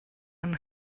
yng